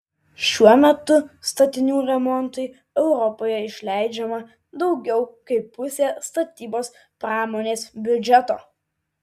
šiuo metu statinių remontui europoje išleidžiama daugiau kaip pusė statybos pramonės biudžeto